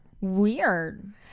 Weird